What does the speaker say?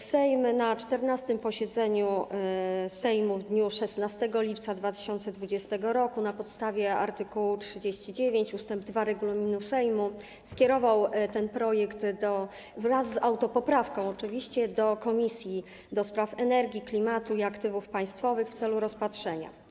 Sejm na 14. posiedzeniu Sejmu w dniu 16 lipca 2020 r. na podstawie art. 39 ust. 2 regulaminu Sejmu skierował ten projekt, oczywiście wraz z autopoprawką, do Komisji do Spraw Energii, Klimatu i Aktywów Państwowych w celu rozpatrzenia.